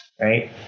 right